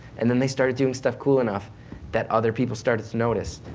and then they started doing stuff cool enough that other people started to notice,